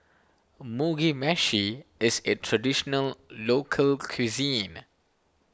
Mugi Meshi is a Traditional Local Cuisine